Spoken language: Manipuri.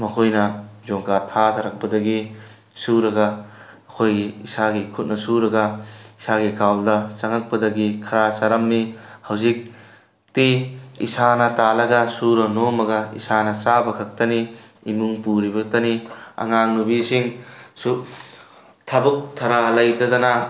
ꯃꯈꯣꯏꯅ ꯖꯣꯞ ꯀꯥꯔꯠ ꯊꯥꯊꯔꯛꯄꯗꯒꯤ ꯁꯨꯔꯒ ꯑꯩꯈꯣꯏꯒꯤ ꯏꯁꯥꯒꯤ ꯈꯨꯠꯅ ꯁꯨꯔꯒ ꯏꯁꯥꯒꯤ ꯑꯦꯀꯥꯎꯟꯗ ꯆꯪꯉꯛꯄꯗꯒꯤ ꯈꯔ ꯆꯥꯔꯝꯃꯤ ꯍꯧꯖꯤꯛꯇꯤ ꯏꯁꯥꯅ ꯇꯥꯜꯂꯒ ꯁꯨꯔ ꯅꯣꯝꯃꯒ ꯏꯁꯥꯅ ꯆꯥꯕ ꯈꯛꯇꯅꯤ ꯏꯃꯨꯡ ꯄꯨꯔꯤꯕꯇꯅꯤ ꯑꯉꯥꯡꯅꯨꯕꯤꯁꯤꯡꯁꯨ ꯊꯕꯛ ꯊꯔꯥ ꯂꯩꯇꯗꯅ